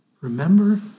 Remember